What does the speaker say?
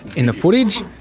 in the footage,